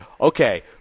Okay